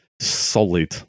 solid